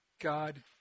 God